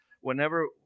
whenever